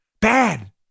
Bad